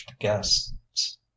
guests